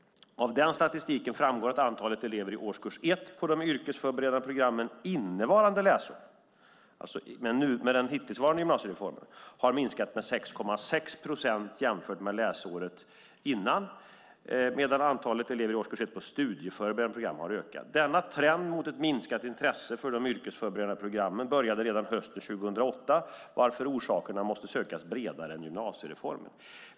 Av den statistiken framgår att antalet elever i årskurs 1 på de yrkesförberedande programmen innevarande läsår, med den hittillsvarande gymnasiereformen, har minskat med 6,6 procent jämfört med läsåret innan, medan antalet elever i årskurs 1 på studieförberedande program ökat. Denna trend mot ett minskat intresse för de yrkesförberedande programmen började redan hösten 2008, varför orsakerna måste sökas bredare än i gymnasiereformen.